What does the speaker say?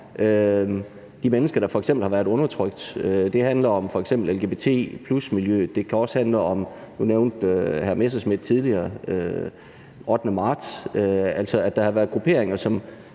de mennesker, der f.eks. har været undertrykt. Det handler f.eks. om lgbt+-miljøet, og nu nævnte hr. Morten Messerschmidt tidligere den 8. marts, altså at der har været grupperinger, som